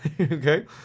Okay